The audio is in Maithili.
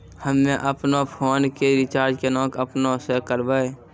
हम्मे आपनौ फोन के रीचार्ज केना आपनौ से करवै?